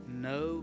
no